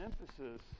emphasis